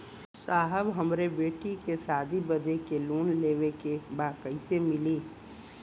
साहब हमरे बेटी के शादी बदे के लोन लेवे के बा कइसे मिलि?